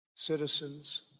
citizens